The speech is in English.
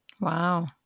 Wow